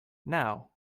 now